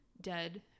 dead